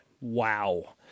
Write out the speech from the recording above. Wow